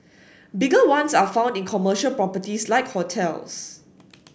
bigger ones are found in commercial properties like hotels